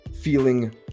feeling